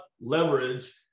leverage